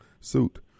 suit